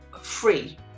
free